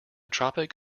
tropic